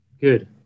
Good